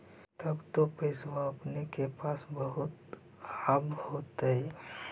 तब तो पैसबा अपने के पास बहुते आब होतय?